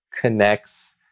connects